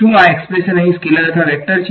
શું આ એક્સ્પ્રેશન અહીં સ્કેલર અથવા વેક્ટર છે